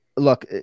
Look